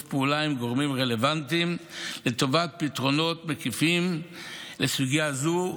פעולה עם גורמים רלוונטיים לטובת פתרונות מקיפים לסוגיה הזו.